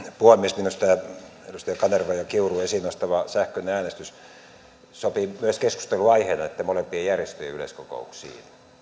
puhemies minusta edustaja kanervan ja kiurun esiin nostama sähköinen äänestys miten siihen suhtaudutaan sopii myös keskustelunaiheena näitten molempien järjestöjen yleiskokouksiin